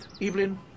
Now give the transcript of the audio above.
Evelyn